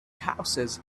houses